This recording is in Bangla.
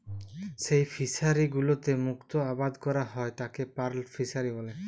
যেই ফিশারি গুলোতে মুক্ত আবাদ ক্যরা হ্যয় তাকে পার্ল ফিসারী ব্যলে